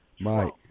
Mike